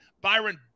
Byron